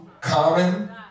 Common